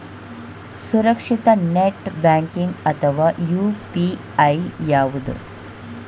ಸುರಕ್ಷಿತ net banking ಅಥವಾ UPI ಯಾವುದು?